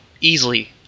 easily